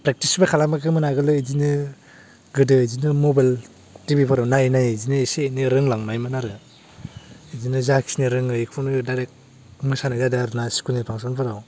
प्रेकटिसबो खालामाखैमोन आगोल बिदिनो गोदो बिदिनो मबाइल टिभिफोराव नायै नायै बिदिनो इसे एनै रोंलांनायमोन आरो बिदिनो जाखिनि रोङो बेखौनो डायरेक्ट मोसानाय जादों आरो ना स्कुलनि फांसनफोराव